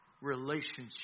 relationship